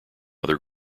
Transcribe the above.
other